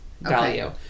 value